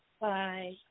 Bye